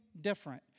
different